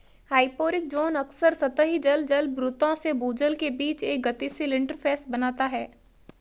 hyporheic zone अक्सर सतही जल जलभृतों से भूजल के बीच एक गतिशील इंटरफ़ेस बनाता है